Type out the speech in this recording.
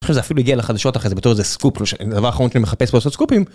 זה אפילו יגיע לחדשות אחרי זה בתור איזה סקופ. הדבר אחרון שאני מחפש פה זה סקופים.